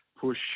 push